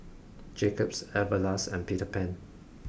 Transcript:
Jacob's Everlast and Peter Pan